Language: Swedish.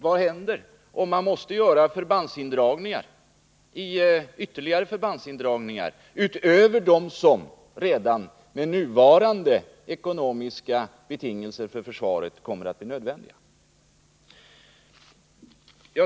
Vad händer om ytterligare förbandsindragningar måste göras utöver dem som redan med nuvarande ekonomiska betingelser för försvaret kommer att bli nödvändiga?